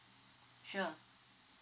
sure